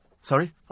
Sorry